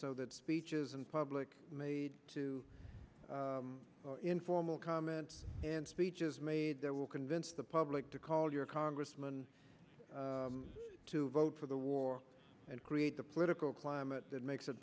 so that speeches in public made to informal comments and speeches made there will convince the public to call your congressman to vote for the war and create the political climate that makes it